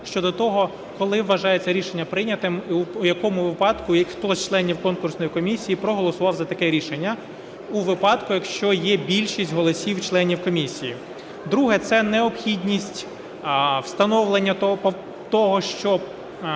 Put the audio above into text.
щодо того, коли вважається рішення прийнятим, і в якому випадку, і хто із членів конкурсної комісії проголосував за таке рішення у випадку, якщо є більшість голосів членів комісії. Друге - це необхідність встановлення того, що